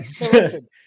Listen